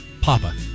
Papa